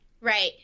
Right